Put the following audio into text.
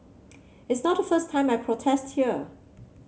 it's not first time I protest here